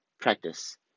practice